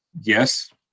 yes